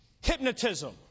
hypnotism